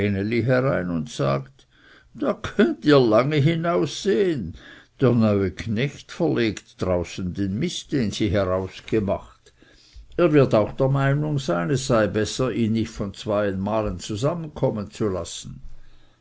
herein und sagt da könnt ihr lange hinaussehen der neue knecht verlegt draußen den mist den sie herausgemacht er wird auch der meinung sein es sei besser ihn nicht von zwei malen lassen